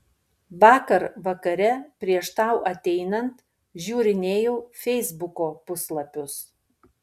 vakar vakare prieš tau ateinant žiūrinėjau feisbuko puslapius